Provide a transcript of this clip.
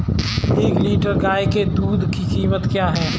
एक लीटर गाय के दूध की कीमत क्या है?